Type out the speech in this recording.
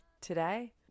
today